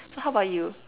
so how about you